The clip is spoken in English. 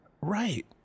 right